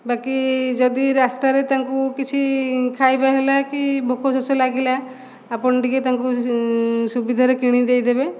ବାକି ଯଦି ରାସ୍ତାରେ ତାଙ୍କୁ କିଛି ଖାଇବା ହେଲା କି ଭୋକ ଶୋଷ ଲାଗିଲା ଆପଣ ଟିକେ ତାଙ୍କୁ ସୁବିଧାରେ କିଣି ଦେଇଦେବେ